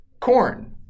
Corn